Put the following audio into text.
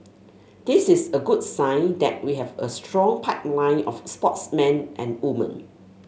this is a good sign that we have a strong pipeline of sportsmen and woman